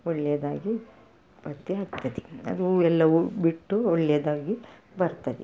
ಒಳ್ಳೆದಾಗಿ ಪತ್ತೆ ಆಗ್ತದೆ ಅದು ಹೂ ಎಲ್ಲವೂ ಬಿಟ್ಟು ಒಳ್ಳೆಯದಾಗಿ ಬರ್ತದೆ